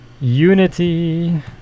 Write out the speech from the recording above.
Unity